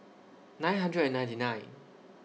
nine hundred and ninety nine